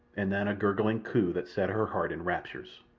and then a gurgling coo that set her heart in raptures.